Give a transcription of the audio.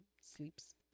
sleeps